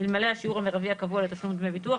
אלמלא השיעור המרבי הקבוע לתשלום דמי ביטוח,